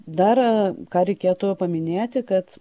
dar ką reikėtų paminėti kad